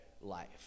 life